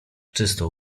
czysto